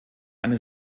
einen